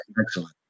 excellent